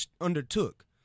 undertook